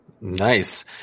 Nice